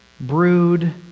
brood